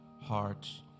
hearts